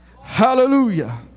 hallelujah